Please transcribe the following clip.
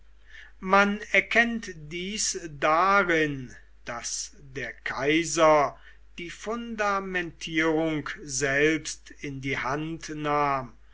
man erkennt dies darin daß der kaiser die fundamentierung selbst in die hand nahm